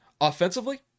Offensively